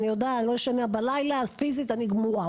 אני יודעת לא ישנה בלילה אז פיזית אני גמורה,